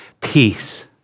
peace